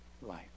life